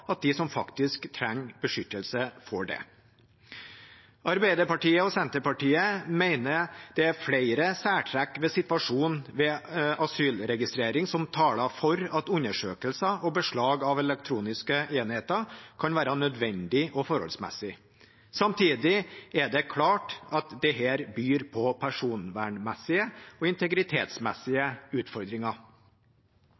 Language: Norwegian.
at de som faktisk trenger beskyttelse, får det. Arbeiderpartiet og Senterpartiet mener det er flere særtrekk ved situasjonen ved asylregistrering som taler for at undersøkelser og beslag av elektroniske enheter kan være nødvendig og forholdsmessig. Samtidig er det klart at dette byr på personvernmessige og integritetsmessige